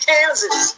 Kansas